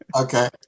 Okay